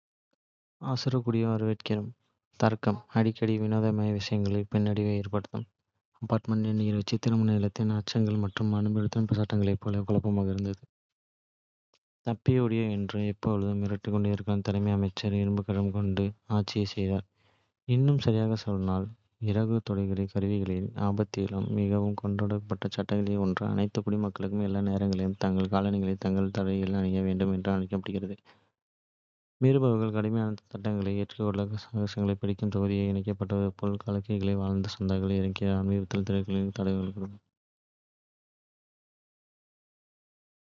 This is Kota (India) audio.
அசூர்டியாவுக்கு வரவேற்கிறோம். தர்க்கம் அடிக்கடி வினோதமான விஷயங்களுக்குப் பின்னடைவை ஏற்படுத்தும் அபௌர்டியா என்ற விசித்திரமான. நிலத்தில், அரசாங்கம் அது அமல்படுத்திய சட்டங்களைப் போலவே குழப்பமாக இருந்தது. தப்பி ஓடிவிடுவோம் என்று எப்பொழுதும் மிரட்டிக் கொண்டிருந்த தலைமை அமைச்சர், இரும்புக்கரம் கொண்டு ஆட்சி செய்தார், இன்னும் சரியாகச் சொன்னால், இறகு துடைக்கும் கருவியுடன். அபத்தத்தின் மிகவும் கொண்டாடப்பட்ட சட்டங்களில் ஒன்று, அனைத்து குடிமக்களும் எல்லா நேரங்களிலும் தங்கள் காலணிகளை தங்கள் தலையில் அணிய வேண்டும் என்று ஆணையிட்டது. மீறுபவர்கள் கடுமையான தண்டனையை எதிர்கொண்டனர் - காதுகளைப் பிளக்கும் தொகுதிகளில் இசைக்கப்படும் போல்கா இசைக்கு வாழ்நாள் சந்தா. இயற்கையாகவே, அபத்தியாவின் தெருக்கள், தள்ளாடும் குடிமக்களின் ஒரு காட்சியாக இருந்தன, அவர்களின் காலணிகள் ஆபத்தான முறையில் தலைக்கு மேல் சமநிலையில் வைக்கப்பட்டிருந்தன, ஒரு புதிய கருணை உணர்வுடனும், அவ்வப்போது. ஒரு எதிரொலியுடனும் உலகை வழிநடத்தின.